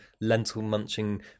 lentil-munching